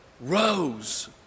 rose